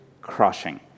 crushing